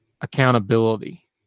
accountability